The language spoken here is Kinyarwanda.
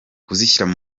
kuzishyira